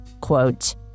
Quote